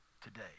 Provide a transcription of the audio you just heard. today